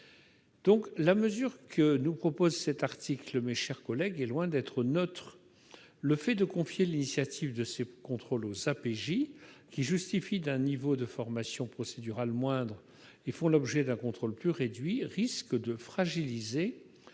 La mesure prévue dans cet article est donc loin d'être neutre. Le fait de confier l'initiative de ces contrôles aux APJ, qui justifient d'un niveau de formation procédurale moindre et font l'objet d'un contrôle plus réduit, risque de fragiliser